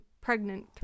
pregnant